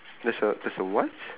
there's a there's a what